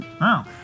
Wow